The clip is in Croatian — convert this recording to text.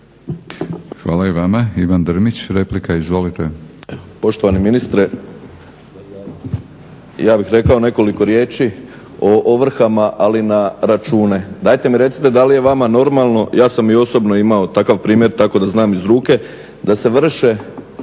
Hvala i vama. Ivan Drmić, replika. Izvolite. **Drmić, Ivan (HDSSB)** Poštovani ministre, ja bih rekao nekoliko riječi o ovrhama ali na račune. Dajte mi recite da li je vama normalno, ja sam i osobno imao takav primjer tako da znam iz ruke, da se vrše